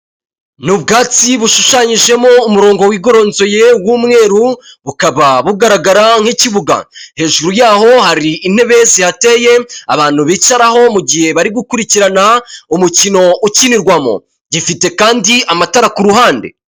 Ni ubwatsi bushushanyijemo umurongo wigoronzoye w'umweru, bukaba bugaragara nk'ikibuga. Hejuru yaho hari intebe zihateye abantu bicaraho mu gihe bari gukurikirana umukino ukinirwamo, gifite kandi amatara ku ruhande.